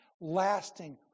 Lasting